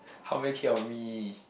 how many kid on me